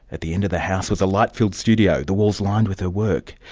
at the end of the house was a light-filled studio, the walls lined with her work.